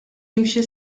jimxi